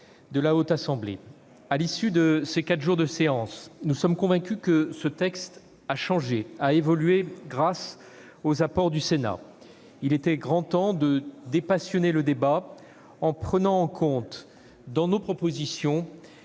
de la Haute Assemblée. À l'issue de ces quatre jours de séance, nous sommes convaincus que ce texte a évolué grâce aux apports du Sénat. Il était grand temps de dépassionner le débat en prenant en compte, dans nos propositions,